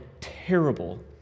terrible